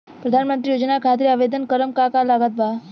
प्रधानमंत्री योजना खातिर आवेदन करम का का लागत बा?